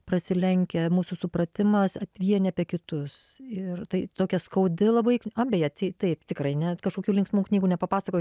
prasilenkia mūsų supratimas vieni apie kitus ir tai tokia skaudi labai beje tai taip tikrai ne kažkokių linksmų knygų nepapasakojau